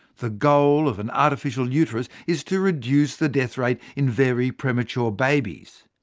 the goal of an artificial uterus is to reduce the death rate in very premature babies.